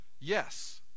Yes